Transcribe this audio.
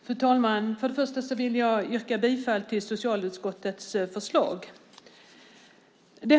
Fru talman! Jag börjar med att yrka bifall till förslaget i socialutskottets betänkande.